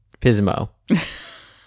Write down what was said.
Pismo